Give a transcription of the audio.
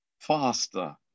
faster